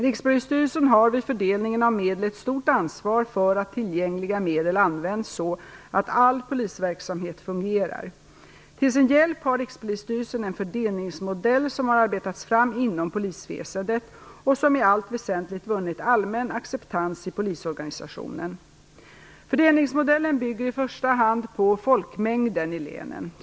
Rikspolisstyrelsen har vid fördelningen av medel ett stort ansvar för att tillgängliga medel används så att all polisverksamhet fungerar. Till sin hjälp har Rikspolisstyrelsen en fördelningsmodell som har arbetats fram inom polisväsendet och som i allt väsentligt vunnit allmän acceptans i polisorganisationen. Fördelningsmodellen bygger i första hand på folkmängden i länen.